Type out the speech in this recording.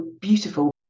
Beautiful